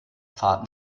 fahrt